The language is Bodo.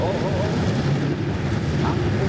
औ औ औ दे दे दे आं खबर